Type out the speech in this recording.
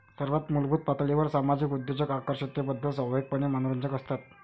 सर्वात मूलभूत पातळीवर सामाजिक उद्योजक आकर्षकतेबद्दल स्वाभाविकपणे मनोरंजक असतात